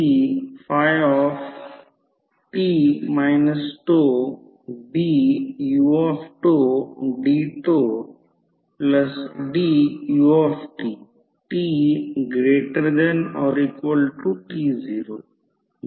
आता primary induced emf E1 हा V1 सोबत लेन्झ लॉनुसारLenz's law फेजबाहेर आहे आणि V1 सोबत 180° फेजबाहेर आहे